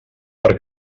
per